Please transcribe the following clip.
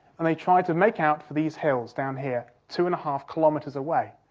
and they tried to make out for these hills down here, two and a half kilometres away,